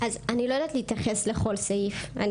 אני לא יודעת להתייחס לכל סעיף.